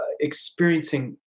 experiencing